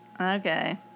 Okay